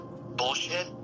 bullshit